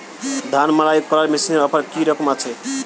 ধান মাড়াই করার মেশিনের অফার কী রকম আছে?